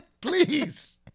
please